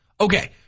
Okay